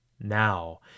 Now